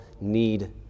need